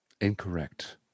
Incorrect